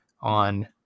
on